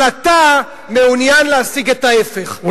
אבל אתה מעוניין להשיג את ההיפך,